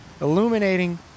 illuminating